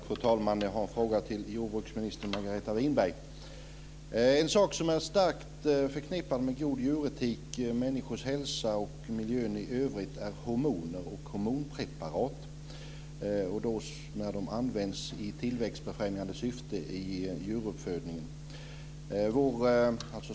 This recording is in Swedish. Fru talman! Jag har en fråga till jordbruksminister En sak som är starkt förknippad med god djuretik, människors hälsa och miljön i övrigt är hormoner och hormonpreparat när de används i tillväxtbefrämjande syfte i djuruppfödningen.